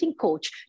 coach